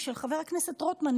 היא של חבר הכנסת רוטמן,